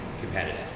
competitive